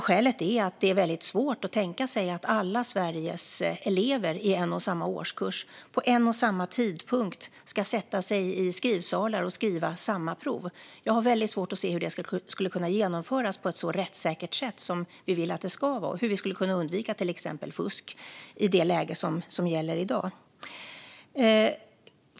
Skälet är att det är svårt att tänka sig att alla Sveriges elever i en och samma årskurs på en och samma tidpunkt ska sätta sig i skrivsalar och skriva samma prov. Jag har mycket svårt att se hur proven skulle kunna genomföras på det rättssäkra sätt vi vill och hur vi skulle kunna undvika till exempel fusk.